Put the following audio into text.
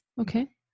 Okay